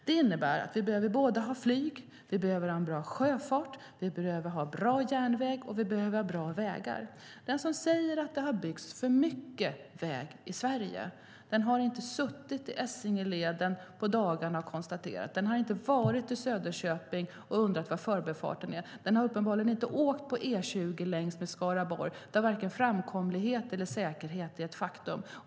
Det innebär att vi behöver ha flyg, en bra sjöfart, bra järnväg och bra vägar. Den som säger att det har byggts för mycket väg i Sverige har inte suttit på Essingeleden på dagarna, har inte varit i Söderköping och undrat var förbifarten är och har uppenbarligen inte åkt på E20 i Skaraborg, där varken framkomlighet eller säkerhet är ett faktum.